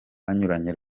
banyuranye